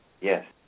Yes